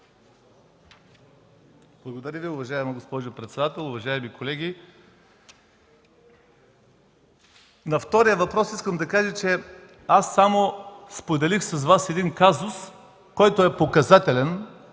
Благодаря Ви, уважаема госпожо председател. Уважаеми колеги, на втория въпрос искам да кажа, че само споделих с Вас казус, който е показателен